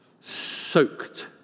soaked